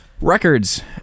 Records